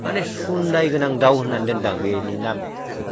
माने सुन्दाय गोनां दाउ होननानै दोन्दां बेनि नामखौ